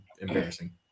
embarrassing